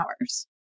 hours